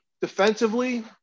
Defensively